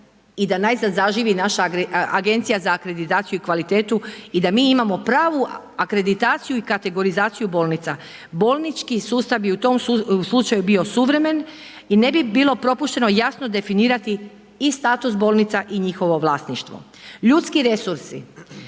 i da najzad zaživi naša Agencija za akreditaciju i kvalitetu i da mi imamo pravu akreditaciju i kategorizaciju bolnica. Bolnički sustav je u tom slučaju bio suvremen i ne bi bilo propušteno jasno definirati i status bolnica i njihovo vlasništvo. Ljudski resursi,